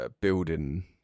building